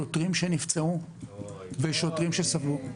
שוטרים שנפצעו ושוטרים שסבלו.